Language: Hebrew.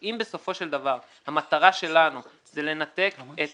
אם בסופו של דבר המטרה שלנו זה לנתק את